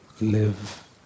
live